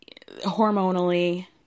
hormonally